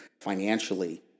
financially